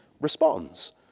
responds